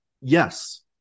Yes